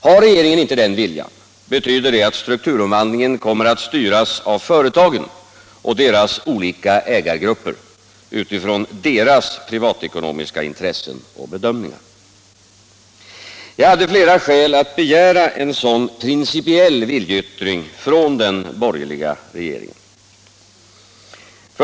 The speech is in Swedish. Har regeringen inte den viljan, betyder det att strukturomvandlingen kommer att styras av företagen och deras olika ägargrupper utifrån deras privatekonomiska intressen och bedömningar. Jag hade flera skäl att begära en sådan principiell viljeyttring från den borgerliga regeringen.